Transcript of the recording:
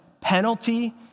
Penalty